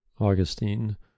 Augustine